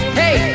hey